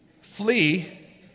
flee